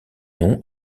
nom